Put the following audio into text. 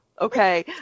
okay